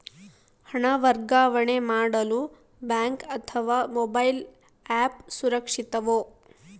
ಹಣ ವರ್ಗಾವಣೆ ಮಾಡಲು ಬ್ಯಾಂಕ್ ಅಥವಾ ಮೋಬೈಲ್ ಆ್ಯಪ್ ಸುರಕ್ಷಿತವೋ?